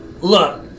Look